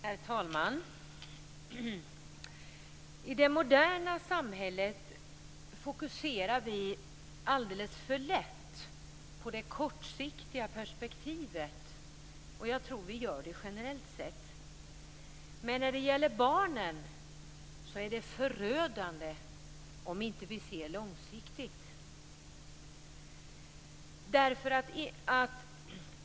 Herr talman! I det moderna samhället fokuserar vi alldeles för lätt på det kortsiktiga perspektivet, och jag tror att vi gör det generellt sett. Men när det gäller barnen är det förödande om vi inte ser långsiktigt.